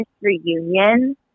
reunion